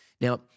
Now